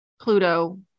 Pluto